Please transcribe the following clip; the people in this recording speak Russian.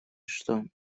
что